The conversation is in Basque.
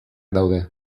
daude